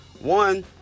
One